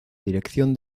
dirección